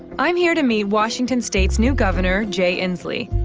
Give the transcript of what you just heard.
i'm here to meet washington state's new governor, jay inslee.